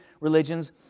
religions